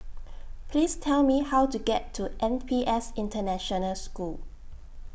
Please Tell Me How to get to N P S International School